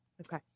Okay